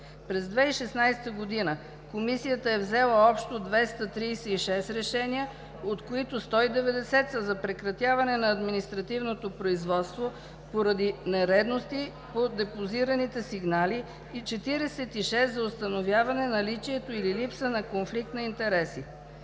През 2016 г. Комисията е взела общо 236 решения, от които 190 за прекратяване на административното производство поради нередности по депозираните сигнали и 46 за установяване наличието или липсата на конфликт на интереси.